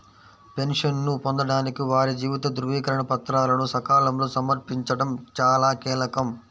పెన్షన్ను పొందడానికి వారి జీవిత ధృవీకరణ పత్రాలను సకాలంలో సమర్పించడం చాలా కీలకం